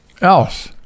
else